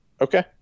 Okay